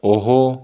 ਉਹ